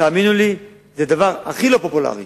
תאמינו לי, זה דבר הכי לא פופולרי.